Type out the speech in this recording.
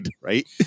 right